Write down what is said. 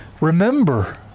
Remember